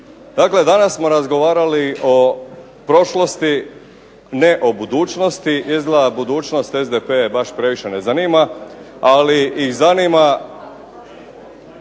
Dakle, danas smo razgovarali o prošlosti, ne o budućnosti, izgleda budućnost SDP baš previše ne zanima, ali ih zanima